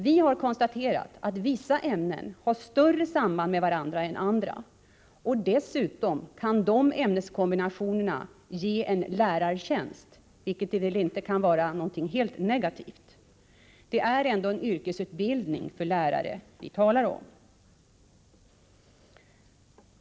Vi har konstaterat att vissa ämnen har större samband med varandra än andra, och sådana ämneskombinationer kan ju dessutom ge en lärartjänst, vilket väl inte kan vara något helt negativt. Det är ändå en yrkesutbildning för lärare vi talar om.